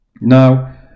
Now